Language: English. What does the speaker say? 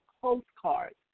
postcards